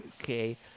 okay